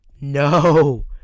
No